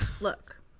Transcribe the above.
Look